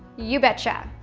you bet ya.